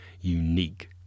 unique